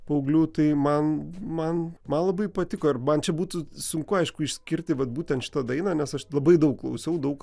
paauglių tai man man man labai patiko ir man čia būtų sunku aišku išskirti vat būtent šitą dainą nes aš labai daug klausiau daug